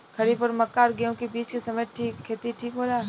खरीफ और मक्का और गेंहू के बीच के समय खेती ठीक होला?